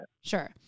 sure